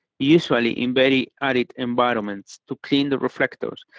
usually in very arid environments, to clean the reflectors.